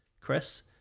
Chris